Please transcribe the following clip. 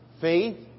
Faith